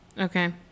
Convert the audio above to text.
Okay